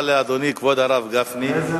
תודה לאדוני כבוד הרב גפני.